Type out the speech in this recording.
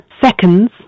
seconds